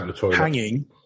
hanging